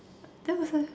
that was a